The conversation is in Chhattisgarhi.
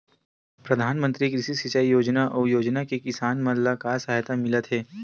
प्रधान मंतरी कृषि सिंचाई योजना अउ योजना से किसान मन ला का सहायता मिलत हे?